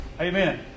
Amen